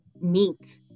meet